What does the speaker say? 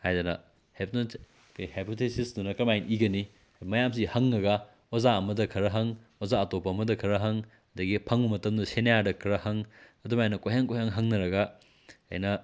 ꯍꯥꯏꯗꯅ ꯀꯔꯤ ꯍꯥꯏꯄꯣꯊꯦꯁꯤꯁꯇꯨꯅ ꯀꯔꯝꯍꯥꯏꯅ ꯏꯒꯅꯤ ꯃꯌꯥꯝꯁꯤ ꯍꯪꯉꯒ ꯑꯣꯖꯥ ꯑꯃꯗ ꯈꯔ ꯍꯪ ꯑꯣꯖꯥ ꯑꯇꯣꯞꯄ ꯑꯃꯗ ꯈꯔ ꯍꯪ ꯑꯗꯒꯤ ꯐꯪꯕ ꯃꯇꯝꯗ ꯁꯦꯅꯤꯌꯥꯔꯗ ꯈꯔ ꯍꯪ ꯑꯗꯨꯝ ꯍꯥꯏꯅ ꯀꯣꯏꯍꯪ ꯀꯣꯏꯍꯪ ꯍꯪꯅꯔꯒ ꯑꯩꯅ